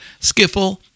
Skiffle